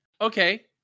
Okay